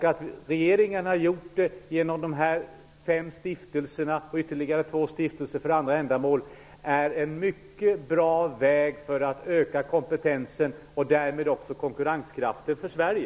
Att regeringen gjort dessa satsningar genom de fem stiftelserna -- samt två stiftelser för andra ändamål -- är en mycket bra väg för att öka kompetensen i Sverige och därmed konkurrenskraften för Sverige.